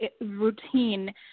routine